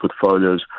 portfolios